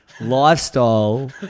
Lifestyle